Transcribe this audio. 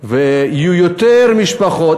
ויהיו יותר משפחות.